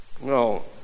No